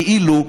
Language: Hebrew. כאילו,